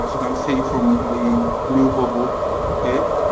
ah can see from the blue bubble here,